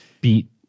Beat